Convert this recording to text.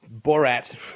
Borat